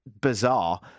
bizarre